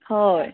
हय